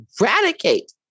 eradicate